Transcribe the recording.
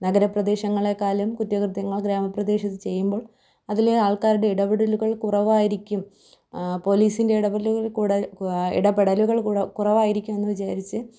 നഗര പ്രദേശങ്ങളെക്കാളും കുറ്റ കൃത്യങ്ങൾ ഗ്രാമപ്രദേശത്ത് ചെയ്യുമ്പോൾ അതില് ആൾക്കാരുടെ ഇടപെടലുകൾ കുറവായിരിക്കും പോലീസിൻ്റെ ഇടപെലുകൾ ഇടപെടലുകൾ കൊട കുറവായിരിക്കും എന്ന് വിചാരിച്ച്